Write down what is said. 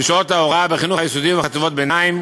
בשעות ההוראה בחינוך היסודי ובחטיבות ביניים.